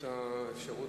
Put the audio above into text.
שינו.